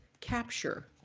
capture